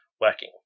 working